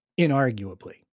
inarguably